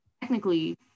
technically